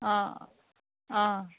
অঁ অঁ